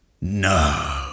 No